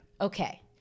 okay